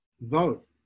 Vote